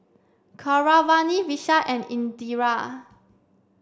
Keeravani Vishal and Indira